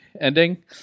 ending